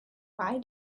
why